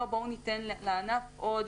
לא בואו ניתן לענף עוד